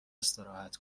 استراحت